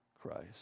Christ